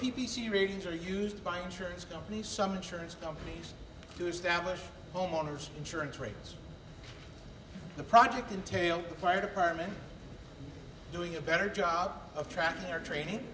c ratings are used by insurance companies some insurance companies to establish homeowners insurance rates the project entails the fire department doing a better job of tracking their training